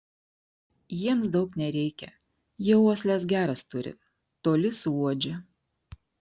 jiems daug nereikia jie uosles geras turi toli suuodžia